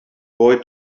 boy